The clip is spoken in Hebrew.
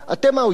אתם האויב.